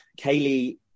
Kaylee